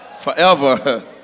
forever